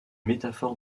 métaphore